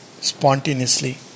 Spontaneously